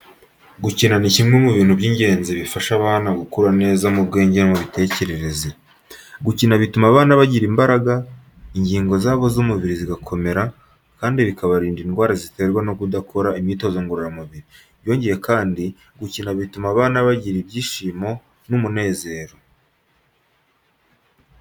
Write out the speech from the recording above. Gukina ni kimwe mu bintu by'ingenzi bifasha abana gukura neza mu bwenge no mu mitekerereze. Gukina bituma abana bagira imbaraga, ingingo zabo z'umubiri zigakomera kandi bikabarinda indwara ziterwa no kudakora imyitozo ngororamubiri. Byongeye kandi gukina bituma abana bagira ibyishimo n'umunezero.